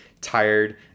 tired